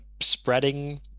spreading